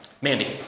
Mandy